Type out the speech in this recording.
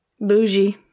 bougie